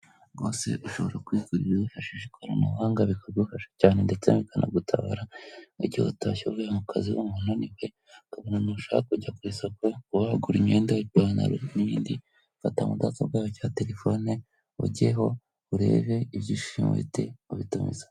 Rwose ushobora kwigurira wifashishije ikoranabuhanga bikagufasha cyane ndetse bikanagutabara, nk'igihe utashye uvuye mu kazi unaniwe ukabona ntushaka kujya ku isoko kuba wagura imyenda, ipantaro n'ibindi. Fata mudasobwa yawe cyangwa telefone ujyeho urebe ibyo ushima uhite ubitumiza.